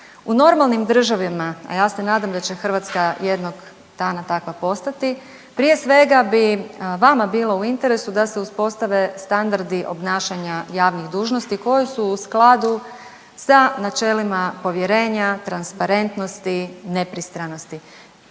U normalnim državama, a ja se nadam da će Hrvatska jednoga dana takva postati prije svega bi vama bilo u interesu da se uspostave standardi obnašanja javnih dužnosti koje su u skladu sa načelima povjerenja, transparentnosti, nepristranosti.